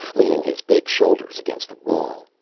leaning his big shoulders against the wall.